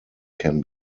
can